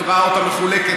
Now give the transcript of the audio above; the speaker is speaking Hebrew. ראה אותה מחולקת,